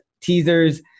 teasers